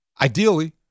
Ideally